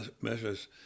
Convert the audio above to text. measures